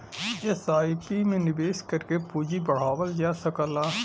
SIP में निवेश करके पूंजी बढ़ावल जा सकला